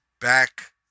back